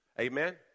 Amen